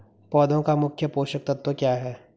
पौधें का मुख्य पोषक तत्व क्या है?